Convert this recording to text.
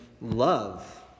love